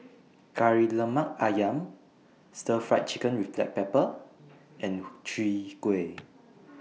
Kari Lemak Ayam Stir Fried Chicken with Black Pepper and Chwee Kueh